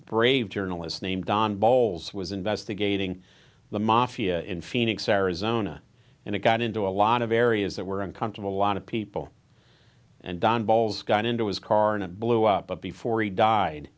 brave journalist named don bolles was investigating the mafia in phoenix arizona and it got into a lot of areas that were uncomfortable lot of people and don bolles got into his car and it blew up but before he died